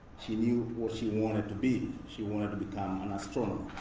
she knew what she wanted to be. she wanted to become an astronomer.